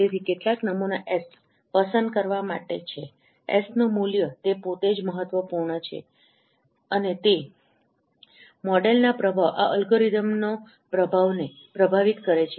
તેથી કેટલા નમૂના S પસંદ કરવા માટે છે S નું મૂલ્ય તે પોતે જ મહત્વપૂર્ણ છે અને તે મોડેલના પ્રભાવ આ અલ્ગોરિધમનો પ્રભાવને પ્રભાવિત કરે છે